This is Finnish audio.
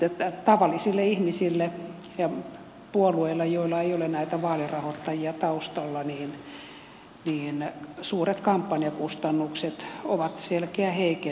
mutta tavallisille ihmisille ja puolueille joilla ei ole näitä vaalirahoittajia taustalla suuret kampanjakustannukset ovat selkeä heikennys